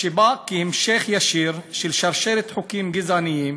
שבא כהמשך ישיר של שרשרת חוקים גזעניים,